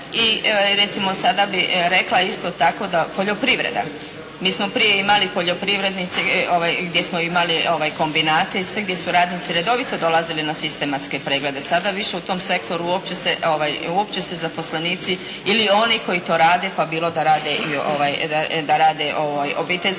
I recimo sada bih rekla isto tako da poljoprivreda, mi smo prije imali poljoprivrednici gdje smo imali kombinate gdje su radnici redovito dolazili na sistematske preglede. Sada više u tom sektoru uopće se zaposlenici ili oni koji to rade pa bilo da rade obiteljska